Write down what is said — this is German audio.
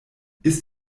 ist